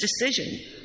decision